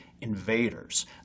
invaders